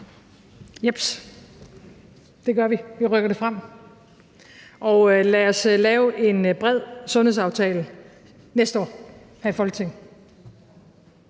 Jeps, det gør vi, vi rykker det frem, og lad os lave en bred sundhedsaftale næste år her i Folketinget.